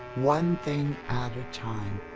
one thing at a time.